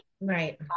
right